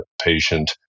patient